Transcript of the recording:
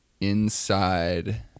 inside